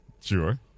Sure